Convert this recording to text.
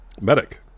medic